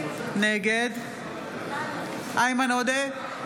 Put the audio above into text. נגד איימן עודה,